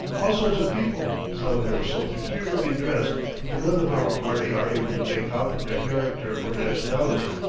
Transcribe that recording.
all sorts of people, some of them so peculiarly dressed that none of our party are able to make out their character or nationality.